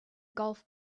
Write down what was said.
golf